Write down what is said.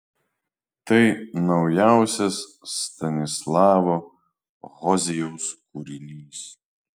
tai naujausias stanislavo hozijaus kūrinys